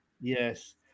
Yes